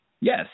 Yes